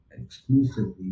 exclusively